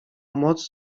moc